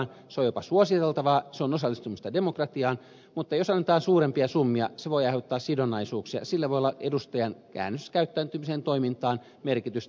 se on jopa suositeltavaa se on osallistumista demokratiaan mutta jos annetaan suurempia summia se voi aiheuttaa sidonnaisuuksia ja sillä voi olla edustajan äänestyskäyttäytymiseen toimintaan merkitystä